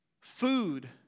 Food